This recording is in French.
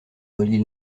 relie